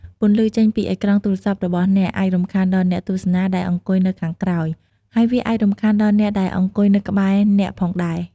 ពន្លឺចេញពីអេក្រង់ទូរស័ព្ទរបស់អ្នក អាច រំខានដល់អ្នកទស្សនាដែលអង្គុយនៅខាងក្រោយ ហើយវាអាចរំខានដល់អ្នកដែលអង្គុយនៅក្បែរអ្នកផងដែរ។